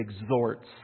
exhorts